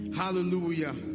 hallelujah